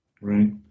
right